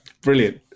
Brilliant